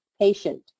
patient